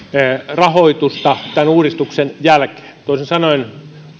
rahoitusta tämän uudistuksen jälkeen toisin sanoen